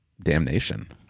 damnation